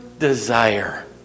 Desire